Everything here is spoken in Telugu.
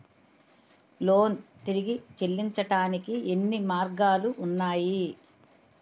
లోన్ తిరిగి చెల్లించటానికి ఎన్ని మార్గాలు ఉన్నాయి?